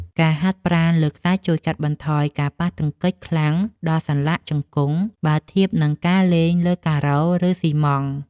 ការហាត់ប្រាណលើខ្សាច់ជួយកាត់បន្ថយការប៉ះទង្គិចខ្លាំងដល់សន្លាក់ជង្គង់ បើធៀបនឹងការលេងលើការ៉ូ ឬស៊ីម៉ង់ត៍។